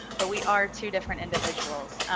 but we are two different individuals.